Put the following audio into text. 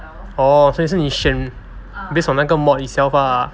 orh 所以是你选 based on 那个 mod itself lah